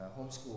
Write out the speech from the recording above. homeschool